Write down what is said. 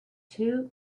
two